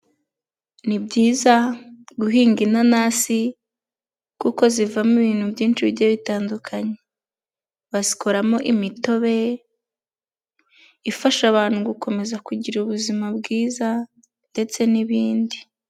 Ni byiza guhinga inanasi kuko zivamo ibintu byinshi bigiye bitandukanye, bakoramo imitobe ifasha abantu gukomeza kugira ubuzima bwiza ndetse n'ibindi.